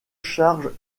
charges